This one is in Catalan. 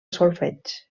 solfeig